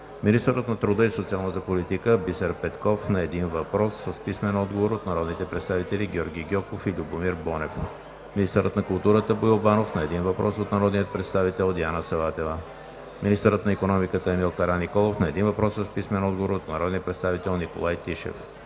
министърът на труда и социалната политика Бисер Петков – на един въпрос с писмен отговор от народните представители Георги Гьоков и Любомир Бонев; - министърът на културата Боил Банов – на един въпрос от народния представител Диана Саватева; - министърът на икономиката Емил Караниколов – на един въпрос с писмен отговор от народния представител Николай Тишев;